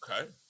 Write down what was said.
Okay